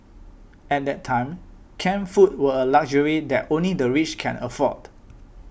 at that time canned foods were a luxury that only the rich could afford